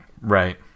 Right